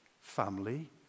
family